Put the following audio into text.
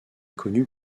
connut